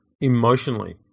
emotionally